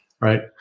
right